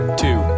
two